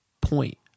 point